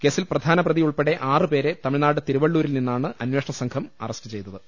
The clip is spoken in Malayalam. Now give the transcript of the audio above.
കേസിൽ പ്രധാനപ്രതി ഉൾപ്പെടെ ആറ് പേരെ തമിഴ്നാട് തിരുവള്ളൂരിൽ നിന്നാണ് അന്വേഷണ സംഘം അറസ്റ്റ് ചെയ്തത്